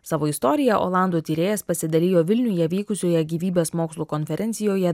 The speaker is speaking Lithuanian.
savo istoriją olandų tyrėjas pasidalijo vilniuje vykusioje gyvybės mokslų konferencijoje